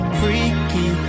freaky